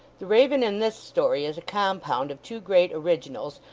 the raven in this story is a compound of two great originals,